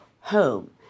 home